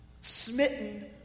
smitten